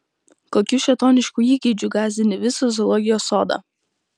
kokiu šėtonišku įgeidžiu gąsdini visą zoologijos sodą